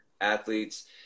athletes